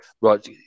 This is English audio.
right